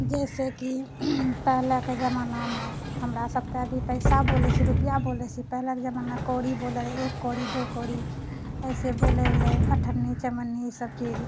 जैसे कि पहिलेके जमानामे हमरा सभकेँ अभी पैसा बोलै छै रुपआ बोलै छै पहिलेके जमाना कौड़ी बोले रहए एक कौड़ी दो कौड़ी ऐसे बोलै रहए अठन्नी चवन्नी ई सभ चीज